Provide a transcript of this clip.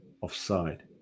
offside